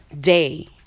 day